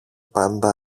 πάντα